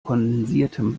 kondensiertem